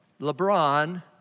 LeBron